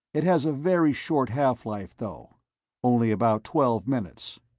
it has a very short half-life, though only about twelve minutes.